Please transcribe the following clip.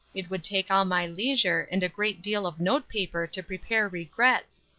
it would take all my leisure, and a great deal of note paper to prepare regrets.